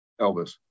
Elvis